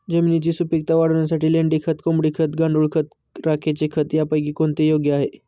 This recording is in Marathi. जमिनीची सुपिकता वाढवण्यासाठी लेंडी खत, कोंबडी खत, गांडूळ खत, राखेचे खत यापैकी कोणते योग्य आहे?